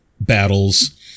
battles